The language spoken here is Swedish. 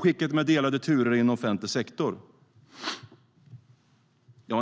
oskicket med delade turer inom offentlig sektor.